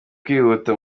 kwihuta